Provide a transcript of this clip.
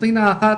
מישהו קורא להן?